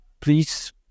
Please